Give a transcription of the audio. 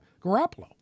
Garoppolo